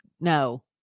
No